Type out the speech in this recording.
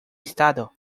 estado